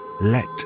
Let